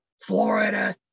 Florida